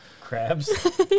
Crabs